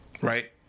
Right